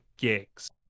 gigs